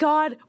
God